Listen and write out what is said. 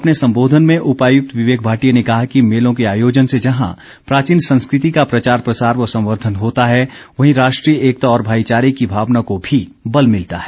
अपने संबोधन में उपायुक्त विवेक भाटिया ने कहा कि मेलों के आयोजन से जहां प्राचीन संस्कृति का प्रचार प्रसार व संवर्धन होता है वहीं राष्ट्रीय एकता और भाईचारे की भावना को भी बल मिलता है